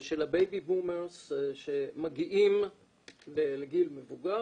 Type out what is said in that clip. של הבייבי בומרס שמגיעים לגיל מבוגר,